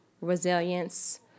Resilience